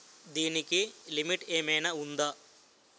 దీనికి లిమిట్ ఆమైనా ఉందా?